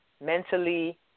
mentally